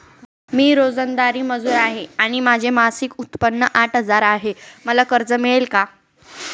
मी रोजंदारी मजूर आहे आणि माझे मासिक उत्त्पन्न आठ हजार आहे, मला कर्ज मिळेल का?